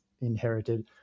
inherited